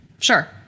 Sure